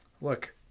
look